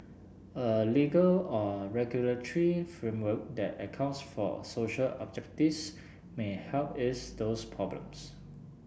a legal or regulatory framework that accounts for social objectives may help ease those problems